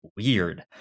weird